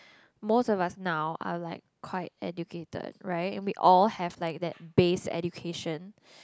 most of us now are like quite educated right and we all have like that base education